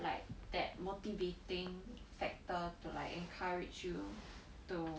like that motivating factor to like encourage you to